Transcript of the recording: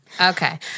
Okay